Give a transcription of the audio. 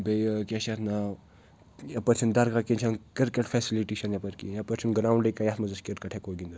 بیٚیہِ کیاہ چھِ اَتھ ناو یپٲرۍ چھِنہٕ درگاہ کِنۍ چھنہٕ کِرکٹ فیسلٹی چھَنہٕ یپٲرۍ کہیٖنۍ یپٲرۍ چھِنہٕ گراونٛڈے کانہہ یَتھ منٛز أسۍ کرکَٹ ہٮ۪کو گِندتھ